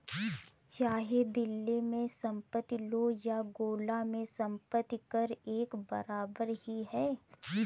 चाहे दिल्ली में संपत्ति लो या गोला में संपत्ति कर एक बराबर ही है